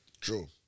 True